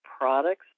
products